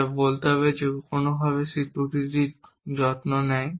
যা বলতে হবে যে কোনওভাবে সেই ত্রুটিটির যত্ন নেয়